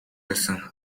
байсан